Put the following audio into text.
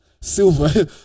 silver